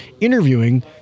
interviewing